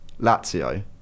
Lazio